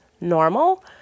normal